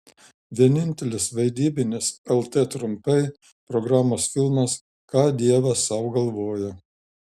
vienintelis vaidybinis lt trumpai programos filmas ką dievas sau galvoja